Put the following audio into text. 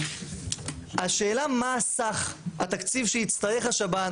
השאלה מה סך התקציב שיצטרך השב"ן,